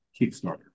Kickstarter